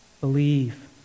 Believe